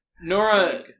Nora